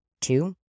Two